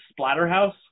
Splatterhouse